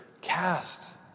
cast